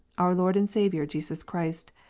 our lord and saviour jesus christ,